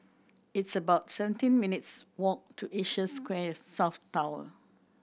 it's about seventeen minutes' walk to Asia Square South Tower